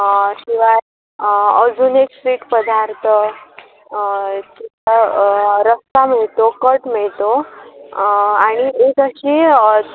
शिवाय अजून एक स्वीट पदार्थ रस्सा मिळतो कट मिळतो आणि एक अशी